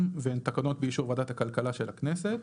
והן תקנות באישור ועדת הכלכלה של הכנסת.